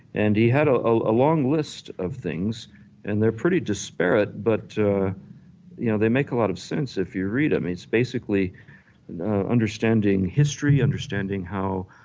and he had a long list of things and they were pretty disparate but you know they make a lot of sense if you read them. he's basically understanding history, understanding how